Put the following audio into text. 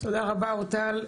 תודה רבה אורטל.